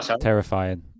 terrifying